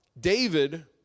David